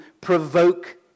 provoke